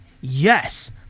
yes